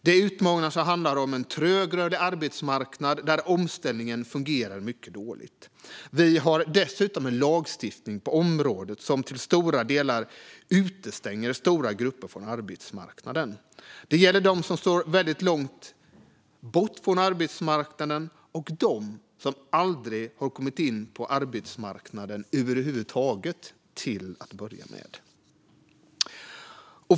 Det är utmaningar som handlar om en trögrörlig arbetsmarknad där omställningen fungerar mycket dåligt. Vi har dessutom en lagstiftning på området som till stora delar utestänger stora grupper från arbetsmarknaden. Det gäller dem som står väldigt långt bort från arbetsmarknaden och dem som till att börja med aldrig har kommit in på arbetsmarknaden över huvud taget.